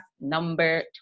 number